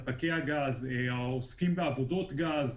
ספקי הגז, העוסקים בעבודות גז,